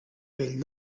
pell